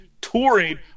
Touring